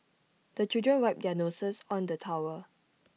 the children wipe their noses on the towel